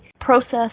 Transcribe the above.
process